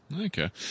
Okay